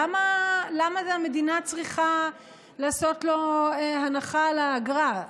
למה המדינה צריכה לעשות לו הנחה על האגרה?